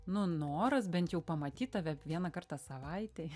nu noras bent jau pamatyt tave vieną kartą savaitėj